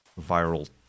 viral